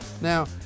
Now